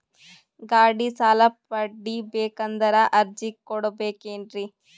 ಗಾಡಿ ಸಾಲ ಪಡಿಬೇಕಂದರ ಅರ್ಜಿ ಕೊಡಬೇಕೆನ್ರಿ?